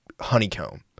honeycomb